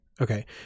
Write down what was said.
Okay